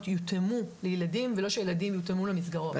יותאמו לילדים ולא שהילדים יותאמו למסגרות.